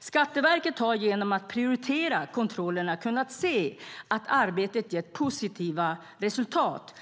Skatteverket har genom att prioritera kontrollerna kunnat se att arbetet gett positiva resultat.